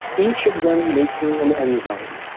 each of them making an enzyme.